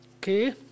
Okay